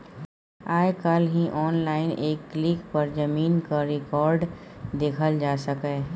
आइ काल्हि आनलाइन एक क्लिक पर जमीनक रिकॉर्ड देखल जा सकैए